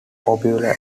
popular